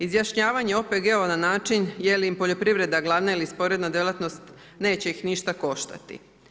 Izjašnjavanje OPG-ova na način je li im poljoprivredna ili sporedna djelatnost neće ih ništa koštati.